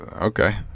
okay